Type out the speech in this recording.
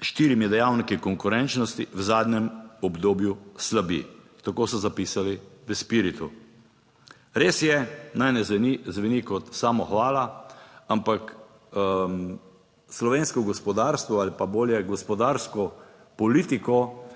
štirimi dejavniki konkurenčnosti v zadnjem obdobju slabi, tako so zapisali v Spiritu. Res je, naj ne zveni zveni kot samohvala, ampak slovensko gospodarstvo ali pa bolje, gospodarsko politiko